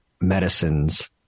medicines